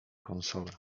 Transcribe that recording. konsolę